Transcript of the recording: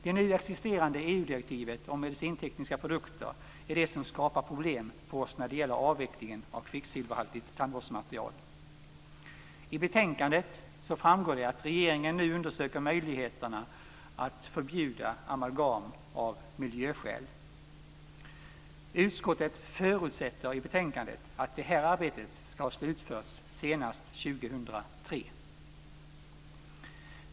Det nu existerande EU-direktivet om medicintekniska produkter är det som skapar problem för oss när det gäller avvecklingen av kvicksilverhaltigt tandvårdsmaterial. I betänkandet framgår det att regeringen nu undersöker möjligheten att förbjuda amalgam av miljöskäl. Utskottet förutsätter i betänkandet att det här arbetet ska ha slutförts senast 2003.